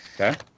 Okay